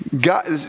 God